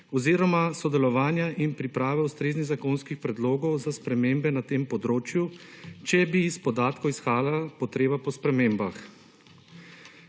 oziroma sodelovanja in priprave ustreznih zakonskih predlogov za spremembe na tem področju, če bi iz podatkov izhajala potreba po spremembah.